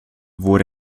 wurde